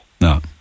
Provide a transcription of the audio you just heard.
No